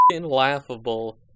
laughable